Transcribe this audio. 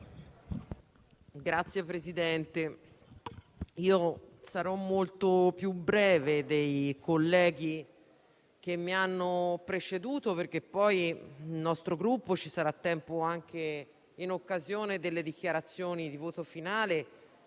Signor Presidente, sarò molto più breve dei colleghi che mi hanno preceduto, perché poi ci sarà tempo anche in occasione delle dichiarazioni di voto finale